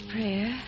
prayer